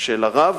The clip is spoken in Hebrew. של הרב,